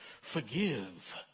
forgive